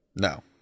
No